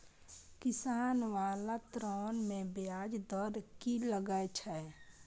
किसान बाला ऋण में ब्याज दर कि लागै छै?